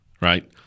right